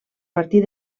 partir